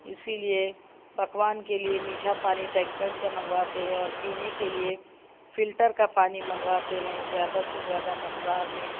اِسی لیے پکوان کے لیے میٹھا پانی ٹینکر سے منگواتے ہیں اور پینے کے لیے فلٹر کا پانی منگواتے ہیں زیادہ سے زیادہ مقدار میں